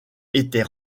était